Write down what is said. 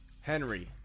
Henry